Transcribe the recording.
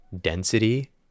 density